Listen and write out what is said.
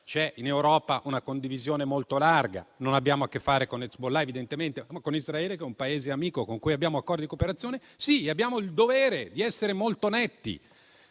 c'è una condivisione molto larga in Europa. Non abbiamo a che fare con Hezbollah, evidentemente, ma con Israele sì. È un Paese amico con cui abbiamo accordi di cooperazione e abbiamo il dovere di essere molto netti